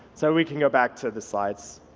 so we can go back to the slides.